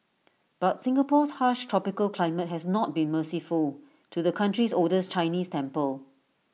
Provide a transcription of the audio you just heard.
but Singapore's harsh tropical climate has not been merciful to the country's oldest Chinese temple